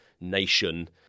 nation